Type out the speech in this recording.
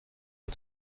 les